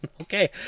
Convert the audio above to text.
okay